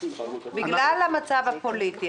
בגלל המצב הפוליטי,